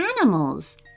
animals